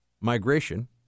Migration